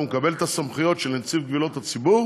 והוא מקבל את הסמכויות של נציב קבילות הציבור